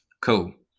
Cool